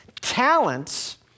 Talents